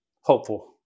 Hopeful